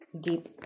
Deep